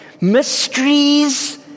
mysteries